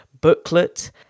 booklet